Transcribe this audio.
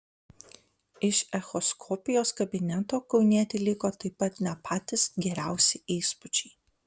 iš echoskopijos kabineto kaunietei liko taip pat ne patys geriausi įspūdžiai